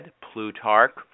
Plutarch